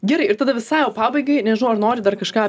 gerai ir tada visai jau pabaigai nežinau ar nori dar kažką